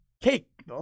cake